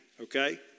okay